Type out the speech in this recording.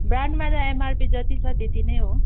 ब्रान्डमा त एमआरपी जति छ त्यति नै हो